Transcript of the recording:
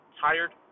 tired